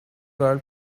girl